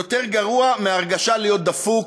יותר גרוע מההרגשה להיות דפוק,